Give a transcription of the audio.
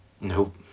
Nope